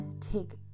take